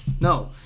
no